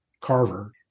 Carver